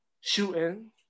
shooting